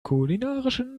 kulinarischen